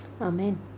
Amen